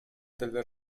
del